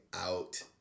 out